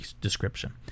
description